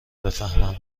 بفهمم